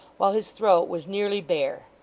while his throat was nearly bare.